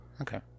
Okay